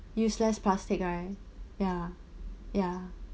use less plastic right ya ya